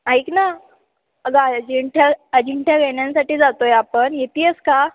ऐक ना अगं अजिंठा अजिंठा लेण्यांसाठी जातो आहे आपण येते आहेस का